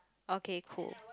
okay cool